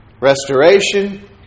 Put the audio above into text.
Restoration